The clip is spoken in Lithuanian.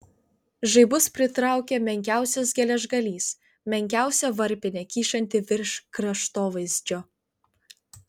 žaibus pritraukia menkiausias geležgalys menkiausia varpinė kyšanti virš kraštovaizdžio